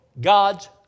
God's